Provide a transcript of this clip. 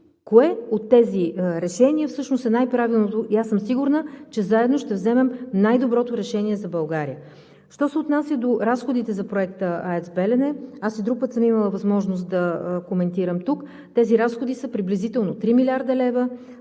кое от тези решения всъщност е най-правилното. И аз съм сигурна, че заедно ще вземем най-доброто решение за България. Що се отнася до разходите за Проекта АЕЦ „Белене“ – аз и друг път съм имала възможност да коментирам тук, тези разходи са приблизително 3 млрд. лв.